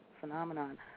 phenomenon